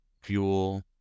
fuel